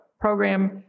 program